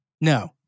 No